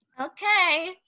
Okay